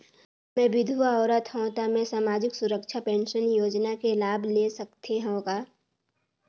मैं विधवा औरत हवं त मै समाजिक सुरक्षा पेंशन योजना ले लाभ ले सकथे हव का?